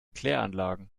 kläranlagen